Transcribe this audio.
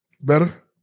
Better